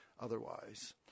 otherwise